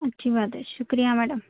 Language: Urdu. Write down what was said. اچھی بات ہے شُکریہ میڈم